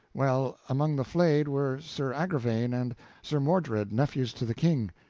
well, among the flayed were sir agravaine and sir mordred, nephews to the king.